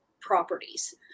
properties